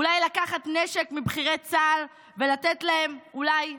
אולי לקחת נשק מבכירי צה"ל ולתת להם, אולי?